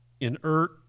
inert